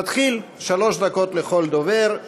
נתחיל, שלוש דקות לכל דובר.